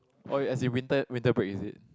oh as in winter winter break is it